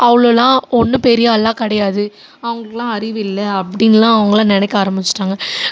அவ்வளோலாம் ஒன்றும் பெரிய ஆளெல்லாம் கிடையாது அவங்களுக்குலாம் அறிவில்லை அப்படின்லாம் அவங்களாம் நினைக்க ஆரம்பிச்சுட்டாங்க